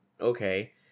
Okay